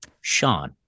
Sean